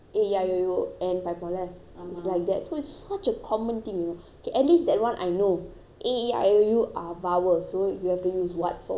it's like that so it's such a common thing you know okay at least that one I know A E I O U are vowels so you have to use what for what that kind of thing I can explain but